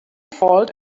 fault